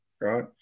right